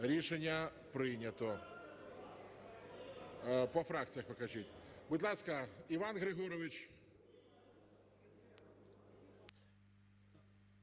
Рішення прийнято. По фракціях покажіть. Будь ласка, Іван Григорович.